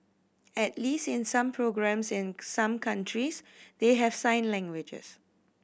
at least in some programmes in some countries they have sign languages